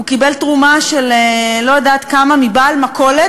הוא קיבל תרומה של לא יודעת כמה מבעל מכולת,